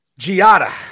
Giada